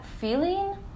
feeling